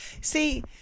See